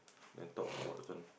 then talk about this one